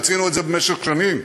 רצינו את זה במשך שנים.